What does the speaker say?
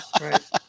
right